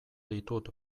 ditut